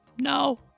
No